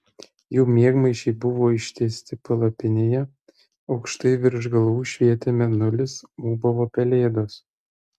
jų miegmaišiai buvo ištiesti palapinėje aukštai virš galvų švietė mėnulis ūbavo pelėdos